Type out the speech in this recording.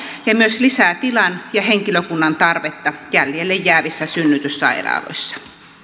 ja myös lisää tilan ja henkilökunnan tarvetta jäljelle jäävissä synnytyssairaaloissa